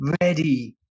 ready